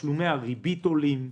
ותשלומי הריבית עולים.